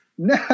No